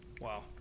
wow